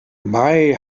mei